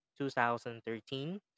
2013